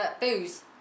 booze